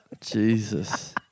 Jesus